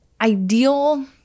ideal